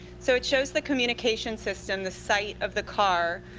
so it shows the communication system, the sight of the car,